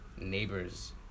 neighbors